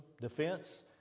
defense